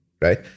right